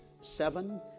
seven